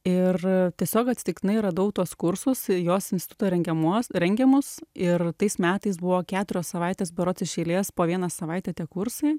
ir tiesiog atsitiktinai radau tuos kursus jos instituto rengiamos rengiamus ir tais metais buvo keturios savaitės berods iš eilės po vieną savaitę tie kursai